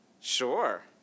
Sure